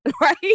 Right